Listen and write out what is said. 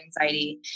anxiety